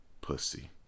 pussy